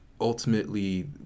ultimately